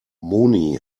moni